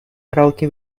karaoke